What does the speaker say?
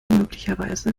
möglicherweise